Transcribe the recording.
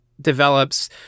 develops